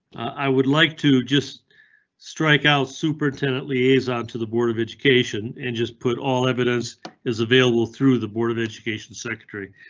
i would like to just strike out super tenant liaison to the board of education and just put all evidence is available through the board of education secretary.